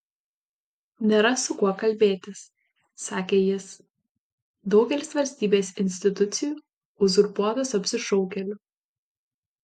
nėra su kuo kalbėtis sakė jis daugelis valstybės institucijų uzurpuotos apsišaukėlių